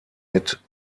mit